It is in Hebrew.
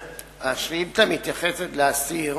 חברת הכנסת חנין